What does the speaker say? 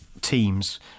teams